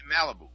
Malibu